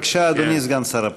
בבקשה, אדוני, סגן שר הפנים.